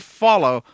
follow